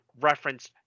reference